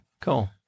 cool